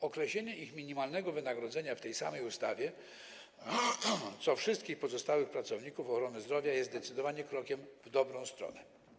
Określenie ich minimalnego wynagrodzenia w tej samej ustawie dotyczącej wszystkich pozostałych pracowników ochrony zdrowia jest zdecydowanie krokiem w dobrą stronę.